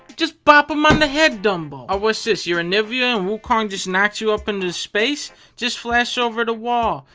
just bop em on the head, dumbo. ah, what's this? you're anivia and wukong just knocks you up into space? just flash over the wall!